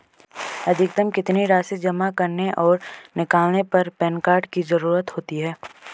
अधिकतम कितनी राशि जमा करने और निकालने पर पैन कार्ड की ज़रूरत होती है?